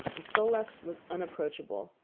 and sol-leks was unapproachable,